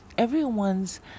Everyone's